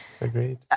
Agreed